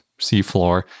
seafloor